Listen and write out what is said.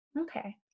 Okay